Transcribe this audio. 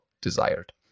desired